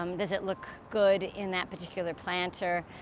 um does it look good in that particular planter,